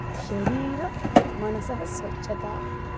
शरीरमनसः स्वच्छता